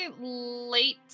late